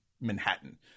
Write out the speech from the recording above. Manhattan